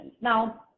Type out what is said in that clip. Now